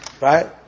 right